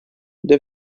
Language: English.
the